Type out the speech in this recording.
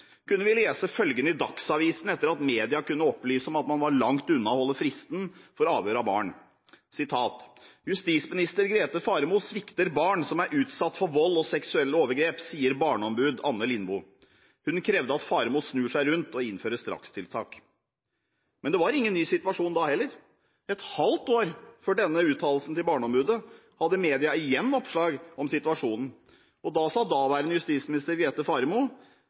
kunne vi lese følgende i Dagsavisen, etter at media kunne opplyse at man var langt unna å holde fristen for avhør av barn: «Justisminister Grete Faremo svikter barn som er utsatt for vold og seksuelle overgrep.» Det sa barneombud Anne Lindboe. Hun krevde at Grete Faremo skulle snu seg rundt og innføre strakstiltak. Men det var heller ikke da en ny situasjon. Et halvt år før denne uttalelsen av barneombudet hadde media igjen oppslag om situasjonen. Da sa daværende justisminister Grete Faremo: